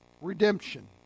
Redemption